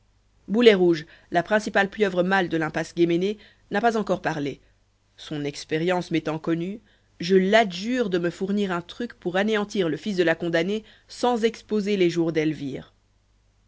boulet rouge la principale pieuvre mâle de l'impasse guéménée n'a pas encore parlé son expérience m'étant connue je l'adjure de me fournir un truc pour anéantir le fils de la condamnée sans exposer les jours d'elvire